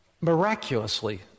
Miraculously